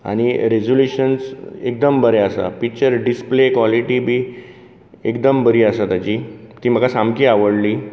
आनी रिजुल्यूशनन्स एकदम बरें आसा पिच्चर डिसप्ले कॉलीटी बी एकदम बरी आसा ताजी ती सामकी आवडली